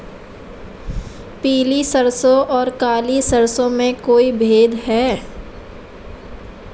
पीली सरसों और काली सरसों में कोई भेद है?